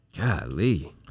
Golly